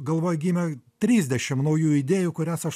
galvoj gimė trisdešim naujų idėjų kurias aš